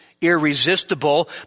irresistible